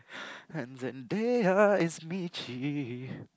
and Zendeya is Mitchie